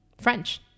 french